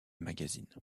magazines